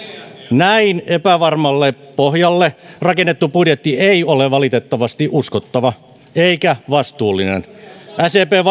näin epävarmalle pohjalle rakennettu budjetti ei ole valitettavasti uskottava eikä vastuullinen sdpn